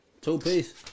Two-piece